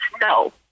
No